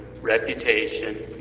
reputation